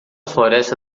floresta